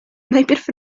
najpierw